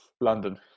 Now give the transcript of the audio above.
London